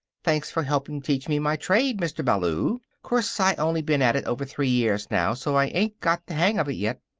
thanks for helping teach me my trade, mr. ballou. course i only been at it over three years now, so i ain't got the hang of it yet.